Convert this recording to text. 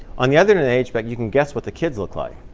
on the other in age but you can guess what the kids look like.